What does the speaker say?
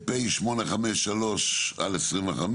פ/853/25